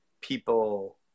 people